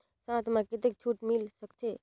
साथ म कतेक छूट मिल सकथे?